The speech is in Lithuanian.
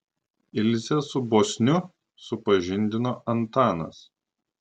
ilzę su bosniu supažindino antanas